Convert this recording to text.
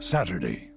Saturday